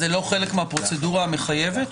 זה לא חלק מהפרוצדורה המחייבת?